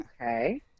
Okay